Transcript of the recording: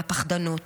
מהפחדנות,